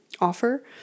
offer